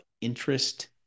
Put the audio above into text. interest